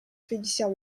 félicien